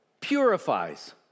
purifies